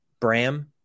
Bram